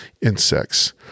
insects